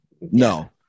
No